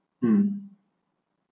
um